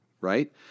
right